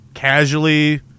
Casually